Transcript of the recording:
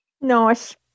Nice